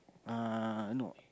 uh no